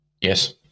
yes